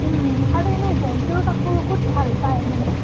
আৰু এনেই জেনছৰো কাপোৰ ক'ত ভাল পায় মানে